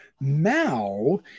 now